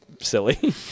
silly